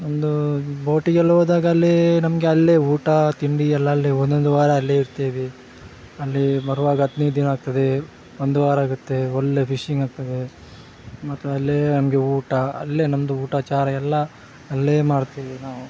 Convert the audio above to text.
ನಮ್ಮದು ಬೋಟಿಗೆಲ್ಲ ಹೋದಾಗ ಅಲ್ಲಿ ನಮಗೆ ಅಲ್ಲೇ ಊಟ ತಿಂಡಿ ಎಲ್ಲ ಅಲ್ಲೇ ಒಂದೊಂದು ವಾರ ಅಲ್ಲೇ ಇರ್ತೀವಿ ಅಲ್ಲಿ ಬರ್ವಾಗ ಹದಿನೈದು ದಿನ ಆಗ್ತದೆ ಒಂದು ವಾರ ಆಗುತ್ತೆ ಒಳ್ಳೆ ಫಿಶಿಂಗ್ ಆಗ್ತದೆ ಮತ್ತು ಅಲ್ಲೇ ನಮಗೆ ಊಟ ಅಲ್ಲೇ ನಮ್ಮದು ಊಟ ಚಾರ ಎಲ್ಲ ಅಲ್ಲೇ ಮಾಡ್ತೀವಿ ನಾವು